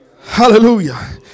Hallelujah